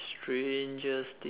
strangest thing